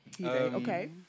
okay